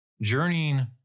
journeying